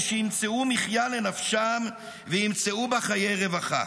שימצאו מחיה לנפשם וימצאו בה חיי רווחה.